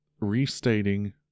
restating